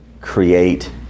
create